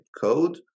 code